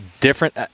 different